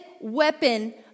weapon